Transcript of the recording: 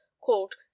called